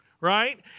Right